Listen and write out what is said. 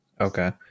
Okay